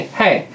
hey